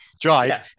drive